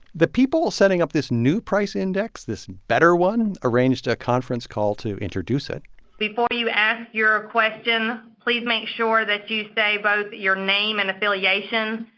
the people setting up this new price index, this better one, arranged a conference call to introduce it before you ask your question, please make sure that you say both your name and affiliation.